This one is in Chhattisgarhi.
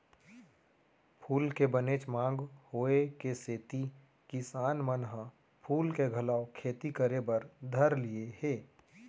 फूल के बनेच मांग होय के सेती किसान मन ह फूल के घलौ खेती करे बर धर लिये हें